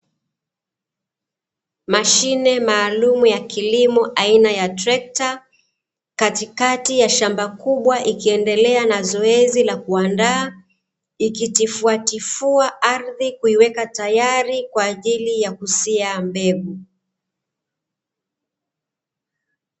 Mashine maalumu ya kilimo aina ya trekta katikati ya shamba kubwa ikiendelea na zoezi la kuandaa, ikitifuatifua ardhi kuiweka tayari kwa ajili ya kusia mbegu.